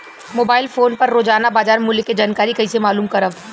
Mobile phone पर रोजाना बाजार मूल्य के जानकारी कइसे मालूम करब?